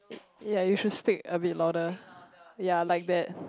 ya you should speak a bit louder ya like that